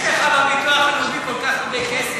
יש לך בביטוח הלאומי כל כך הרבה כסף,